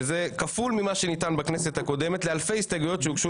שזה כפול ממה שניתן בכנסת הקודמת לאלפי ההסתייגויות שהוגשו